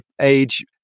age